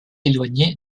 éloigné